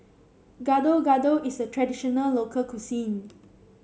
Gado Gado is a traditional local cuisine